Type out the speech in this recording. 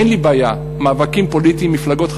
אין לי בעיה, מאבקים פוליטיים, מפלגות חרדיות,